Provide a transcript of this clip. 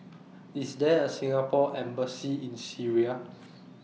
IS There A Singapore Embassy in Syria